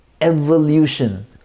evolution